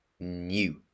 new